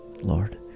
Lord